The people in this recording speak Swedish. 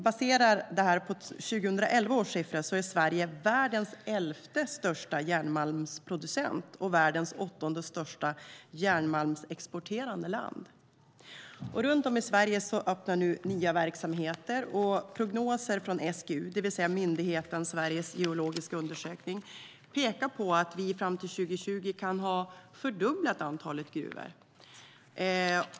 Baserat på 2011 års siffror är Sverige världens elfte största järnmalmsproducent och världens åttonde största järnmalmsexporterande land. Runt om i Sverige öppnar nu nya verksamheter. Prognoser från SGU, det vill säga myndigheten Sveriges geologiska undersökning, pekar på att vi fram till 2020 kan ha fördubblat antalet gruvor.